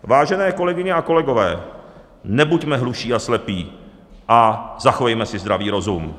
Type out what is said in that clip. Vážené kolegyně a kolegové, nebuďme hluší a slepí a zachovejme si zdravý rozum.